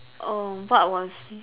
err what was